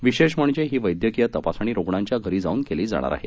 विशेष म्हणजे ही वैद्यकीय तपासणी रुग्णाच्या घरी जाऊन केली जाणार आहे